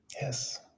Yes